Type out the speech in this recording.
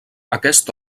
aquest